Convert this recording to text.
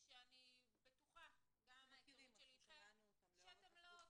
שאני בטוחה גם מההיכרות שלי איתכם שאתם גם לא -- אנחנו מכירים,